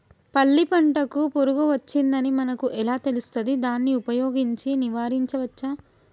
పల్లి పంటకు పురుగు వచ్చిందని మనకు ఎలా తెలుస్తది దాన్ని ఉపయోగించి నివారించవచ్చా?